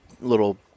little